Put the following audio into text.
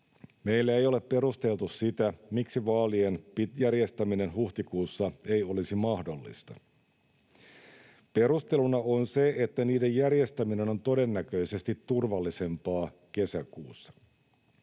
Meille ei ole perusteltu sitä, miksi vaalien järjestäminen huhtikuussa ei olisi mahdollista. Perusteluna on se, että niiden järjestäminen on todennäköisesti turvallisempaa kesäkuussa.